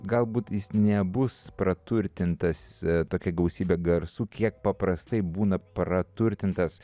galbūt jis nebus praturtintas tokia gausybe garsų kiek paprastai būna praturtintas